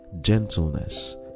gentleness